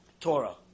Torah